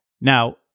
Now